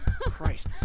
Christ